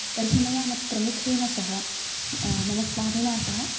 तर्हि मया मत्प्रमुखेन सह मम स्वामिनः सह